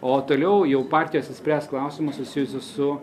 o toliau jau partijos išspręs klausimus susijusius su